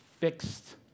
fixed